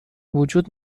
وجود